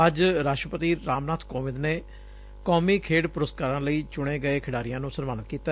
ਅੱਜ ਰਾਸ਼ਟਰਪਤੀ ਰਾਮਨਾਥ ਕੋਵਿੰਦ ਨੇ ਕੌਮੀ ਖੇਡ ਪੁਰਸਕਾਰ ਲਈ ਚੁਣੇ ਗਏ ਖਿਡਾਰੀਆਂ ਨੂੰ ਦੇ ਕੇ ਸਨਮਾਨਿਤ ਕੀਤਾ